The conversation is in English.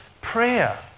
prayer